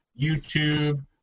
YouTube